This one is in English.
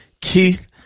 Keith